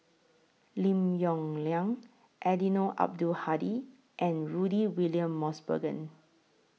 Lim Yong Liang Eddino Abdul Hadi and Rudy William Mosbergen